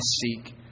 seek